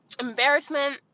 embarrassment